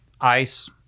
ice